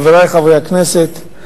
חברי חברי הכנסת,